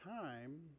time